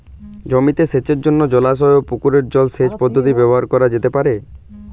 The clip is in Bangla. জমিতে সেচের জন্য জলাশয় ও পুকুরের জল সেচ পদ্ধতি ব্যবহার করা যেতে পারে?